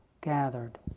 gathered